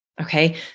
Okay